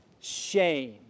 shame